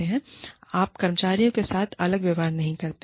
आप कर्मचारियों के साथ अलग व्यवहार नहीं करते हैं